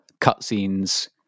cutscenes